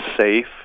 safe